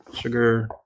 sugar